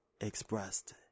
expressed